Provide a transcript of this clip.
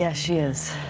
yeah she is.